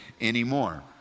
anymore